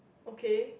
okay